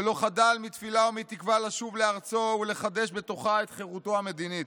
ולא חדל מתפילה ומתקווה לשוב לארצו ולחדש בתוכה את חירותו המדינית.